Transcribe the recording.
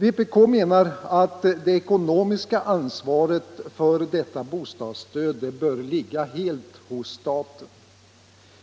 Vpk menar att det ekonomiska ansvaret för detta bostadsstöd helt bör ligga hos staten.